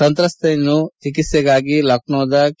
ಸಂತ್ರಸ್ತೆಯನ್ನು ಚಿಕಿತ್ಸೆಗಾಗಿ ಲಖನೌದ ಕೆ